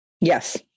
Yes